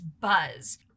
buzz